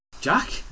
Jack